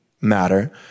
matter